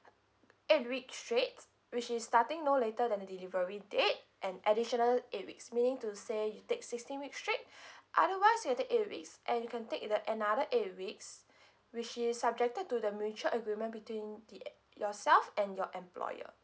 eight weeks straight which is starting no later than the delivery date and additional eight weeks meaning to say you take sixteen weeks straight otherwise you can take eight weeks and you can take a~ the another eight weeks which is subjected to the mutual agreement between the e~ yourself and your employer